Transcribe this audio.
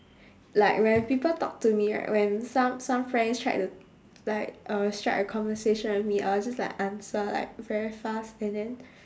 like when people talk to me right when some some friends tried to like uh strike a conversion with me I will just like answer like very fast and then